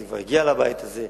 זה כבר הגיע לבית הזה.